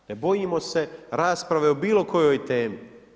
Ne bojimo se rasprave o bilo kojoj temi.